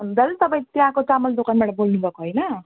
दाजु तपाईँ त्यहाँको चामल दोकानबाट बोल्नु भएको होइन